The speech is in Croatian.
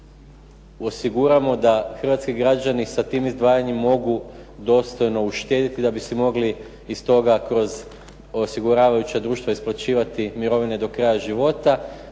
osiguramo da hrvatski građani da sa tim izdvajanjem mogu dostojno uštediti da bi si mogli iz toga kroz osiguravajuća društva isplaćivati mirovine do kraja života,